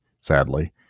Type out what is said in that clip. sadly